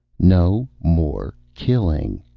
no more killing.